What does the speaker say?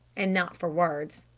and not for words.